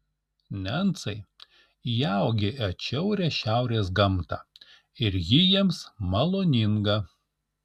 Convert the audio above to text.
nencai įaugę į atšiaurią šiaurės gamtą ir ji jiems maloninga